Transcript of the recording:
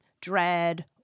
dread